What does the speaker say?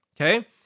Okay